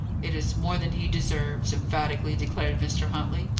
it is more than he deserves, emphatically declared mr. huntley.